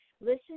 Listen